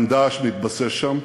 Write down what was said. גם "דאעש" מתבסס שם,